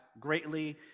greatly